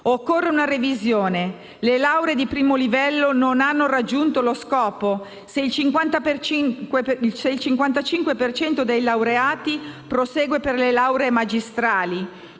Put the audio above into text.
Occorre una revisione. Le lauree di primo livello non hanno raggiunto lo scopo, se il 55 per cento dei laureati prosegue per le lauree magistrali